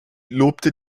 lobte